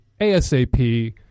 ASAP